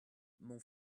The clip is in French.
mon